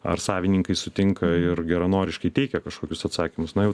ar savininkai sutinka ir geranoriškai teikia kažkokius atsakymus na jau